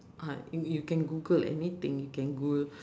ah you you can google anything you can goo~